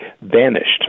vanished